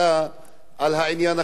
על העניין החברתי.